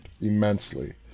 Immensely